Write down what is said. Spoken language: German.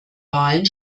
wahlen